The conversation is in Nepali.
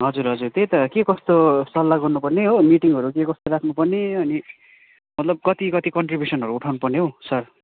हजुर हजुर त्यही त के कस्तो सल्लाह गर्नु पर्ने हो मिटिङहरू के कस्तो राख्नु पर्ने अनि मतलब कति कति कन्ट्रिब्युसनहरू उठाउनु पर्ने हौ सर